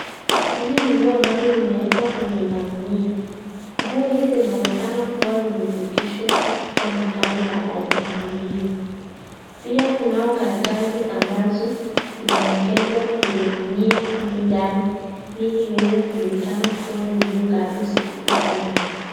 Hizi ni nguo ambazo zimeekwa kwenye magunia, nguo hizi zinaonekana kuwa zimefikishwa hapa dukani na hajafunguliwa pia, kunao karatasi ambazo zimeekezwa kwenye gunia hizi ndani hili iweze kujulikana kuwa ni nguo ngapi ziko hapa ndani.